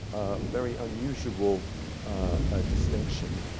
very unusual ah distinction.